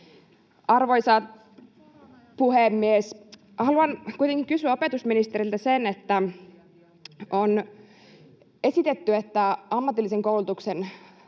Arvoisa puhemies! Haluan kuitenkin kysyä opetusministeriltä: On esitetty, että ammatillisen koulutuksen